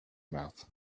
mouth